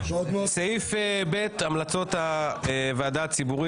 סעיף ב' המלצות הוועדה הציבורית.